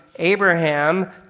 Abraham